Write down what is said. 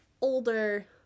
older